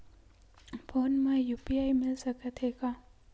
Phone मा UPI मिल सकत हे का?